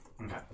Okay